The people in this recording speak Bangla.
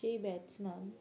সেই ব্যাটসম্যান